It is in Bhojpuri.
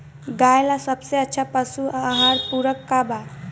गाय ला सबसे अच्छा पशु आहार पूरक का बा?